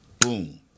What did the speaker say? boom